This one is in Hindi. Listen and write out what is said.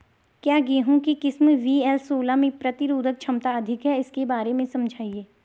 क्या गेहूँ की किस्म वी.एल सोलह में प्रतिरोधक क्षमता अधिक है इसके बारे में समझाइये?